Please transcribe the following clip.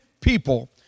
people